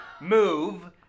move